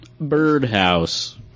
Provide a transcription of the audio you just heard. birdhouse